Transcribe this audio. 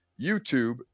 YouTube